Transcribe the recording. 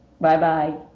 Bye-bye